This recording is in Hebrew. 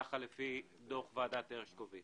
כך לפי דוח ועדת הרשקוביץ